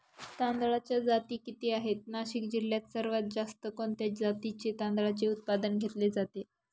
तांदळाच्या जाती किती आहेत, नाशिक जिल्ह्यात सर्वात जास्त कोणत्या जातीच्या तांदळाचे उत्पादन घेतले जाते?